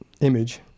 image